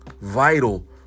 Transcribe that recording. vital